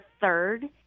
third